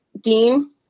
Dean